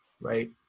right